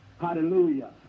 Hallelujah